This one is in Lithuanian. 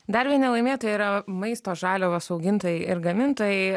dar vieni laimėtojai yra maisto žaliavos augintojai ir gamintojai